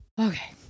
okay